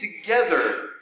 together